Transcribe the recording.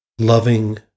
loving